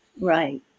right